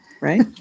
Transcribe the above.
right